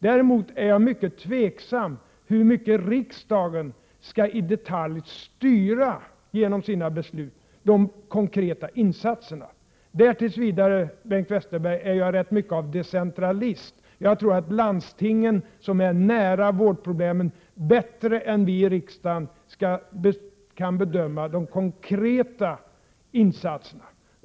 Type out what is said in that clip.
Däremot är jag mycket tveksam när det gäller hur mycket riksdagen genom sina beslut i detalj skall styra de konkreta insatserna. Där är jag tills vidare, Bengt Westerberg, rätt mycket av decentralist. Jag tror att landstingen, som är nära vårdproblemen, bättre än vi i riksdagen kan bedöma de konkreta insatserna.